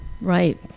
Right